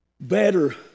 better